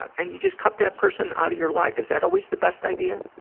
and you just cut that person out of your life. is that always the best idea,